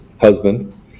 husband